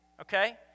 Okay